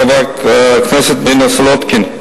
חברת הכנסת מרינה סולודקין,